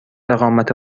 اقامت